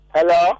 Hello